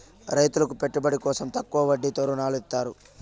రైతులకు పెట్టుబడి కోసం తక్కువ వడ్డీతో ఋణాలు ఇత్తారు